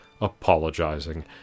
apologizing